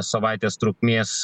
savaitės trukmės